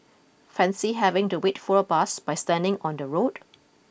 Fancy having to wait for a bus by standing on the road